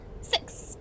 six